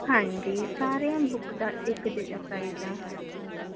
ਹਾਂਜੀ ਸਾਰੀਆਂ ਬੁੱਕਸ ਦਾ ਇੱਕ ਜਿਹਾ ਪ੍ਰਾਈਜ ਆ